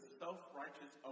self-righteous